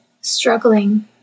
struggling